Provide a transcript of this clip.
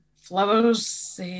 flowers